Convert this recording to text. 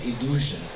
illusion